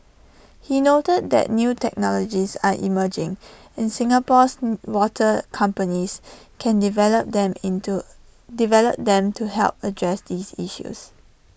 he noted that new technologies are emerging and Singapore's water companies can develop them into develop them to help address these issues